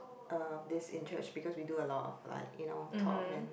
of this interest because we do a lot of like you know talks and